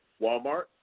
Walmart